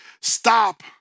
stop